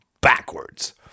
backwards